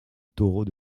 taureaux